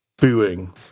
booing